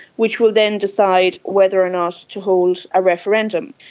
which will then decide whether or not to hold a referendum.